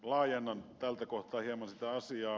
laajennan tältä kohtaa hieman sitä asiaa